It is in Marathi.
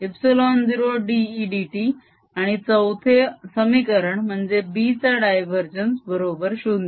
ε0dE dt आणि चवथे समीकरण म्हणजे B चा डायवरजेन्स बरोबर 0